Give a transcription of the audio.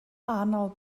arnold